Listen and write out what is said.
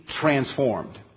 transformed